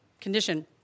condition